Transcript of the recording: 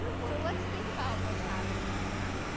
so let's think about what's happening here,